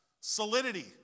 Solidity